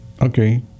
Okay